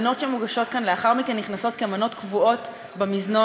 המנות שמוגשות כאן לאחר מכן נכנסות כמנות קבועות במזנון.